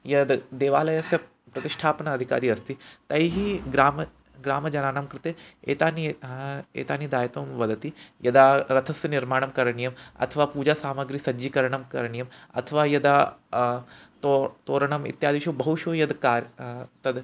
यद् देवालयस्य प्रतिष्ठापनाधिकारी अस्ति तैः ग्रामे ग्रामजनानां कृते एतानि एतानि दायित्वं वदति यदा रथस्य निर्माणं करणीयम् अथवा पूजासामग्रीसज्जीकरणं करणीयम् अथवा यदा तो तोरणम् इत्यादिषु बहुषु यद् कार्यं तद्